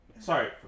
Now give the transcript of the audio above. Sorry